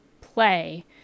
play